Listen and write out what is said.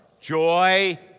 joy